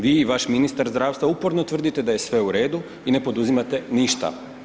Vi i vaš ministar zdravstva uporno tvrdite da je sve u redu i ne poduzimate ništa.